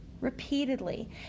repeatedly